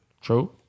True